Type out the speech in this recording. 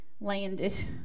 landed